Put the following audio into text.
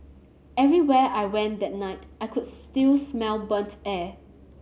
everywhere I went that night I could still smell burnt air